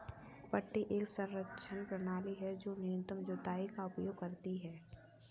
पट्टी तक एक संरक्षण प्रणाली है जो न्यूनतम जुताई का उपयोग करती है